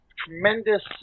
tremendous